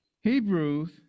Hebrews